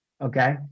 okay